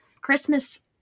Christmas